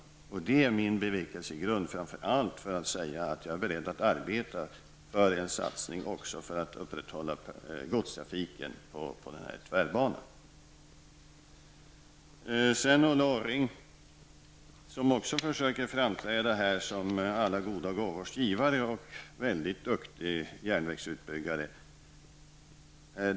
Framför allt detta är min bevekelsegrund för att säga att jag är beredd att arbeta för en satsning för att upprätthålla också godstrafiken på tvärbanan. Även Ulla Orring försöker här uppträda här som alla goda gåvors givare och som en väldigt duktig järnvägsutbyggare.